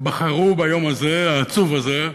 שבחרו ביום הזה, העצוב הזה,